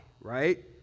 right